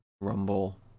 rumble